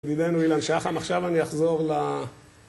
ידידנו אילן שחר, עכשיו אני אחזור ל...